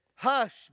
Hush